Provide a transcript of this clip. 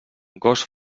gos